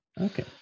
Okay